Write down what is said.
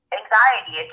anxiety